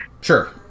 sure